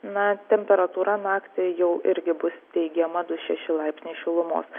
na temperatūra naktį jau irgi bus teigiama du šeši laipsniai šilumos